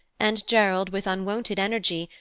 and gerald, with unwonted energy,